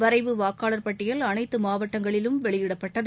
வரைவு வாக்காள் பட்டியல் அனைத்துமாவட்டங்களிலும் வெளியிடப்பட்டது